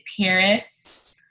Paris